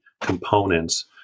components